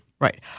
Right